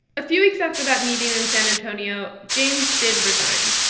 a few weeks after that meeting in san antonio, james did resign.